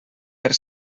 per